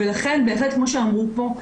ולכן בהחלט כמו שאמרו פה,